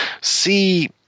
see